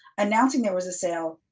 announcing there was a sale,